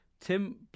tim